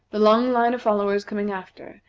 the long line of followers coming after,